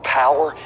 power